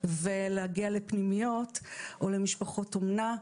ולהגיע לפנימיות או למשפחות אומנה.